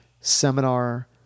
seminar